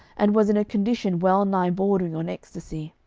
and was in a condition wellnigh bordering on ecstasy.